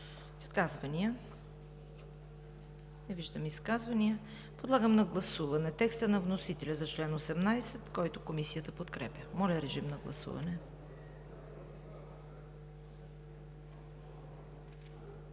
Изказвания? Не виждам изказвания. Подлагам на гласуване текста на вносителя за чл. 18, който Комисията подкрепя. Гласували